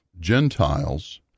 Gentiles